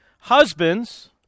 Husbands